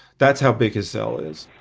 that's how big his cell is.